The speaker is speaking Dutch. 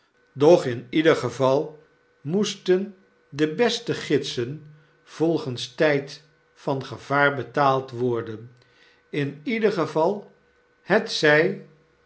doch in ieder geval moesten de beste gidsen volgens tgd van gevaar betaald worden in ieder geval hetzg